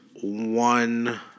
one